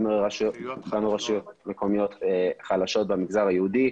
גם לרשויות מקומיות חלשות במגזר היהודי,